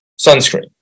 sunscreen